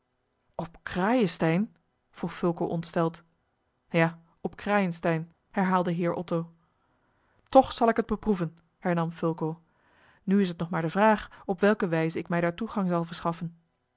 op crayenstein vroeg fulco ontsteld ja op crayenstein herhaalde heer otto toch zal ik het beproeven hernam fulco al moet het mij ook het leven kosten nu is het nog maar de vraag op welke wijze ik mij daar toegang zal verschaffen